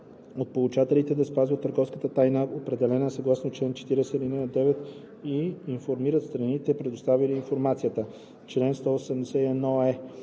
от получателите да спазват търговската тайна, определена съгласно чл. 40, ал. 9, и информират страните, предоставили информацията. Чл. 181е.